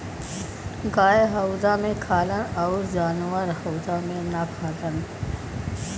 गाय हउदा मे खाला अउर जानवर हउदा मे ना खालन